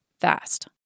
fast